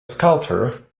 sculptor